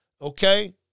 Okay